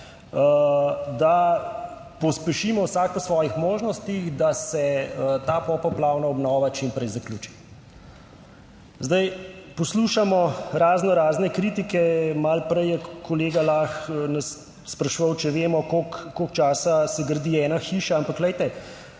da pospešimo vsak po svojih možnostih, da se ta popoplavna obnova čim prej zaključi. Zdaj poslušamo raznorazne kritike. Malo prej je kolega Lah nas spraševal, če vemo koliko časa se gradi ena hiša. Ampak glejte,